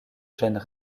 gènes